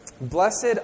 Blessed